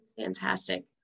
Fantastic